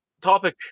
Topic